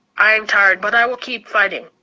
i am tired but i will keep fighting.